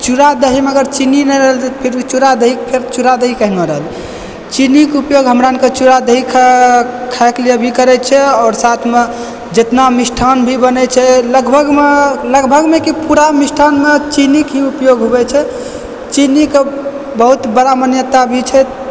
अगर चूरा दहीमे अगर चीनी नहि रहतै तऽ फेर चूरा दही केहन रहतै चीनीके उपयोग हम चूरा दही खाइके लेल भी करै छियै आओर साथमे जितना मिष्ठान भी बनै छै लगभगमे लगभगमे की पूरा मिष्ठानमे चीनीके ही उपयोग होइ छै चीनीके बहुत बड़ा मान्यता भी छै